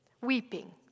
weeping